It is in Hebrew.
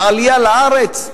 לעלייה לארץ,